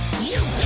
you